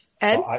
Ed